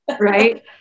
Right